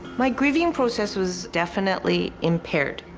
my grieving process was definitely impaired.